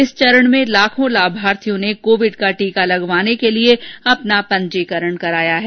इस चरण में लाखों लाभार्थियों ने कोविड का टीका लगाने के लिए अपना पंजीकरण कराया है